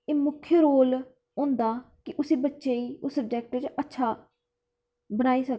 एह् मुक्ख होंदा की उस बच्चे ई सब्जेक्ट च अच्छा बनाई सकै